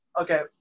Okay